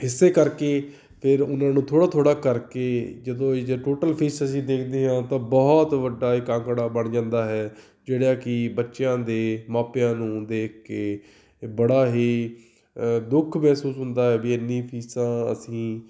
ਇਸੇ ਕਰਕੇ ਫਿਰ ਉਹਨਾਂ ਨੂੰ ਥੋੜ੍ਹਾ ਥੋੜ੍ਹਾ ਕਰਕੇ ਜਦੋਂ ਟੋਟਲ ਫੀਸ ਅਸੀਂ ਦੇਖਦੇ ਹਾਂ ਤਾਂ ਬਹੁਤ ਵੱਡਾ ਇੱਕ ਅੰਕੜਾ ਬਣ ਜਾਂਦਾ ਹੈ ਜਿਹੜਾ ਕਿ ਬੱਚਿਆਂ ਦੇ ਮਾਪਿਆਂ ਨੂੰ ਦੇਖ ਕੇ ਬੜਾ ਹੀ ਦੁੱਖ ਮਹਿਸੂਸ ਹੁੰਦਾ ਹੈ ਵੀ ਇੰਨੀ ਫੀਸਾਂ ਅਸੀਂ